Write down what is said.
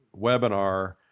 webinar